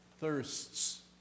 Thirsts